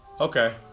Okay